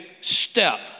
step